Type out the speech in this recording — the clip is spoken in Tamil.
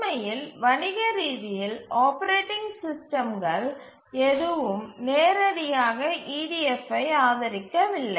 உண்மையில் வணிக ரீதியில் ஆப்பரேட்டிங் சிஸ்டம்கள் எதுவும் நேரடியாக EDF ஐ ஆதரிக்கவில்லை